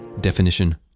Definition